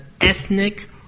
ethnic